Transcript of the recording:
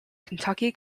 kentucky